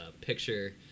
picture